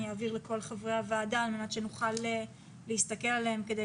אני אעביר לכל חברי הוועדה על מנת שנוכל להסתכל עליהם כדי